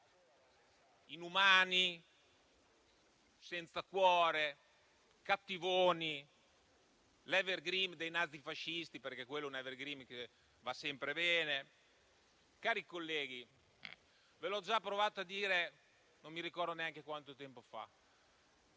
inumani, senza cuore, cattivoni, l'*evergreen* dei nazifascisti, perché quello è un *evergreen* che va sempre bene. Cari colleghi, ho già provato a dirlo non mi ricordo neanche quanto tempo fa: